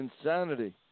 insanity